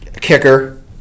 kicker